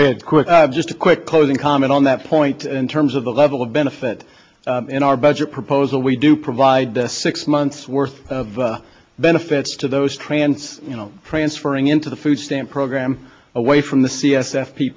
quickly just a quick closing comment on that point in terms of the level of benefit in our budget proposal we do provide six months worth of benefits to those trends you know transferring into the food stamp program away from the c s f p